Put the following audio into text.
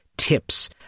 tips